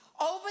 over